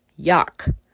Yuck